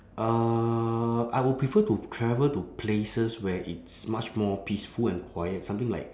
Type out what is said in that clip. uhh I will prefer to travel to places where it's much more peaceful and quiet something like